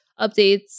updates